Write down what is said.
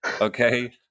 Okay